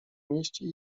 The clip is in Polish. mieście